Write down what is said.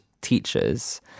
teachers